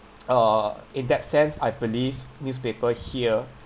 uh in that sense I believe newspaper here